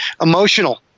emotional